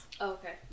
Okay